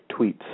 tweets